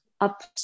Up